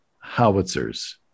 howitzers